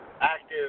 active